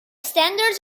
standards